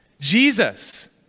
Jesus